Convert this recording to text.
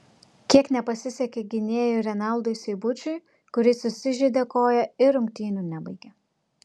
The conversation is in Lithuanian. kiek nepasisekė gynėjui renaldui seibučiui kuris susižeidė koją ir rungtynių nebaigė